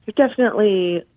definitely,